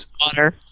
water